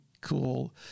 cool